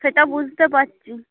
সেটা বুঝতে পারছি